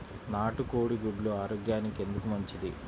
నాటు కోడి గుడ్లు ఆరోగ్యానికి ఎందుకు మంచిది?